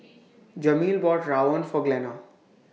Jameel bought Rawon For Glenna